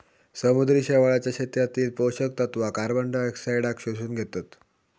समुद्री शेवाळाच्या शेतीतली पोषक तत्वा कार्बनडायऑक्साईडाक शोषून घेतत